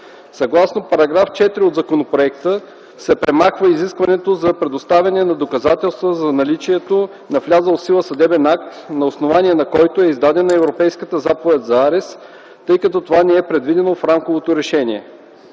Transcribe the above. Съгласно § 4 от законопроекта се премахва изискването за предоставяне на доказателства за наличието на влязъл в сила съдебен акт, на основание на който е издадена Европейската заповед за арест, тъй като това не е предвидено в Рамковото решение.